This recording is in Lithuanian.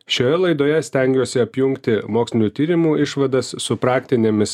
šioje laidoje stengiuosi apjungti mokslinių tyrimų išvadas su praktinėmis